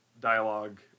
dialogue